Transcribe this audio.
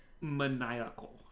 maniacal